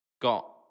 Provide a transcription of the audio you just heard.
got